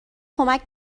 کمک